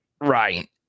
Right